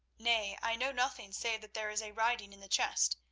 nay, i know nothing save that there is a writing in the chest.